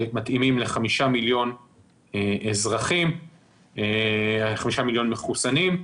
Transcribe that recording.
שמתאימות ל-5 מיליון אזרחים, 5 מיליון מחוסנים,